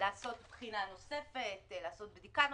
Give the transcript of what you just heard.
לעשות בחינה נוספת, לעשות בדיקה נוספת,